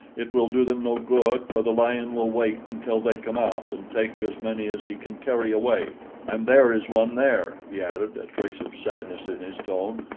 it will do them no good, for the lion will wait until they come out and take as many as he can carry away and there is one there, he added, a trace of sadness in his tone,